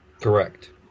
Correct